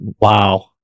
Wow